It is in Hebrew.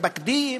מתפקדים,